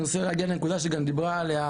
אני מנסה להגיע לנקודה שגם דיברה עליה